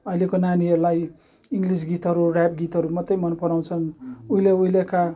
अहिलेको नानीहरूलाई इङ्ग्लिस गीतहरू ऱ्याप गीतहरू मात्रै मन पराँउछन् उहिले उहिलेका